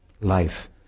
life